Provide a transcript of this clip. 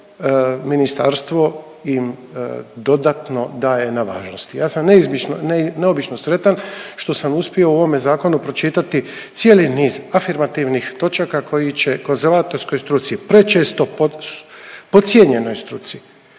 ministarstvo im dodatno daje na važnosti. Ja sam neobično sretan što sam uspio u ovome zakonu pročitati cijeli niz afirmativnih točaka koji će konzervatorskoj struci prečesto podcijenjenoj struci